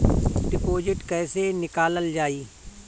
Deposit कैसे निकालल जाइ?